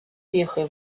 вехой